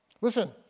Listen